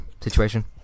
situation